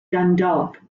dundalk